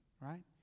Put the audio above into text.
right